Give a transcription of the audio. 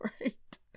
right